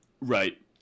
Right